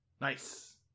Nice